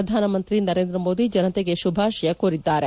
ಪ್ರಧಾನಮಂತ್ರಿ ನರೇಂದ್ರಮೋದಿ ಜನತೆಗೆ ಶುಭಾಶಯ ಕೋರಿದ್ದಾರೆ